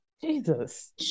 Jesus